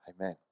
Amen